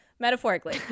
Metaphorically